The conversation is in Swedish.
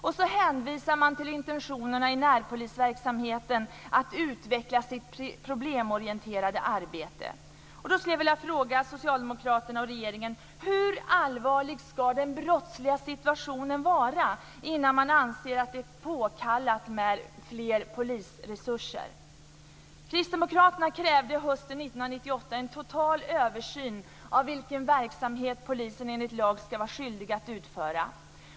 Och så hänvisar men till intentionerna att närpolisen ska utveckla sitt problemorienterade arbete. Då skulle jag vilja fråga Socialdemokraterna och regeringen: Hur allvarlig ska situationen i fråga om brottsligheten vara innan man anser att det är påkallat med mer polisresurser? Kristdemokraterna krävde hösten 1998 en total översyn av vilken verksamhet polisen enligt lag ska vara skyldig att utföra.